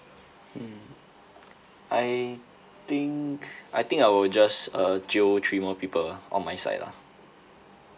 mm I think I think I will just uh jio three more people ah on my side lah